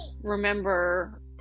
remember